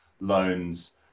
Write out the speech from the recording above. loans